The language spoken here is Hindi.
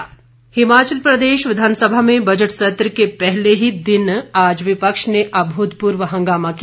हंगामा हिमाचल प्रदेश विधानसभा में बजट सत्र के पहले ही दिन आज विपक्ष ने अभूतपूर्व हंगामा किया